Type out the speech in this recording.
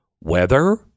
Weather